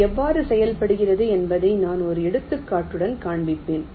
அது எவ்வாறு செயல்படுகிறது என்பதை நான் ஒரு எடுத்துக்காட்டுடன் காண்பிப்பேன்